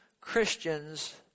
Christians